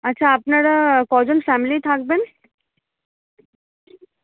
আচ্ছা আপনারা কজন ফ্যামিলি থাকবেন